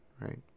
right